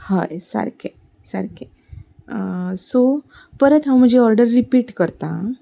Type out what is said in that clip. हय सारकें सारकें सो परत हांव म्हजी ऑर्डर रिपीट करता